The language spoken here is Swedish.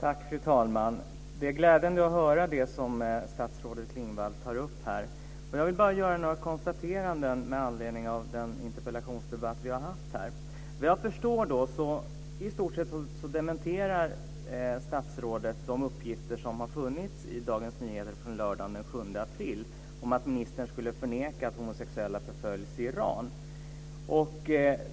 Fru talman! Det är glädjande att höra det som statsrådet Klingvall tar upp. Jag vill bara göra några konstateranden med anledning av den interpellationsdebatt vi har haft här. Såvitt jag förstår dementerar statsrådet de uppgifter som fanns i Dagens Nyheter lördagen den 7 april om att ministern skulle förneka att homosexuella förföljs i Iran.